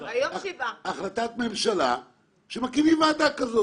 שתהיה החלטת ממשלה שמקימים ועדה כזאת.